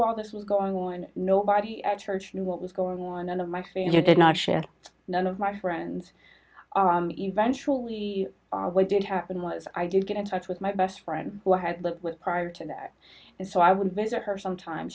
while this was going on nobody at church knew what was going on and of my family did not share none of my friends eventually what did happen was i did get in touch with my best friend who had lived with prior to that and so i would visit her some time